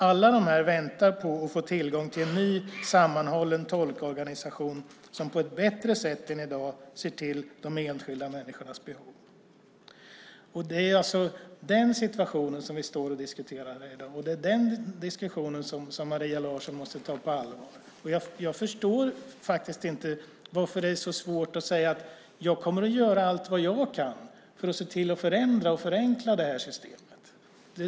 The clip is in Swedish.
Alla de här väntar på att få tillgång till en ny sammanhållen tolkorganisation som på ett bättre sätt än i dag ser till de enskilda människornas behov. Det är alltså den situationen som vi diskuterar i dag. Det är den diskussionen som Maria Larsson måste ta på allvar. Jag förstår faktiskt inte varför det är så svårt att säga att jag kommer att göra allt vad jag kan för att se till att förändra och förenkla det här systemet.